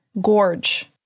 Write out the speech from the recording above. Gorge